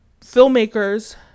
filmmakers